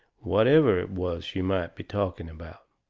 whatever it was she might be talking about.